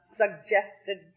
suggested